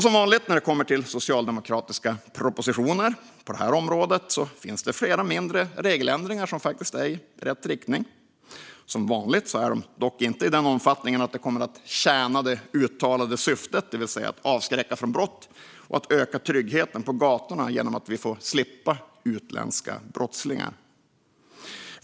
Som vanligt när det kommer till socialdemokratiska propositioner på det här området finns det flera mindre regeländringar i rätt riktning, som vanligt dock inte i den omfattningen att det kommer att tjäna det uttalade syftet, det vill säga att avskräcka från brott och öka tryggheten på gatorna genom att vi slipper utländska brottslingar.